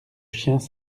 chiens